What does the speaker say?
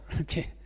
Okay